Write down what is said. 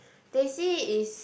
teh C is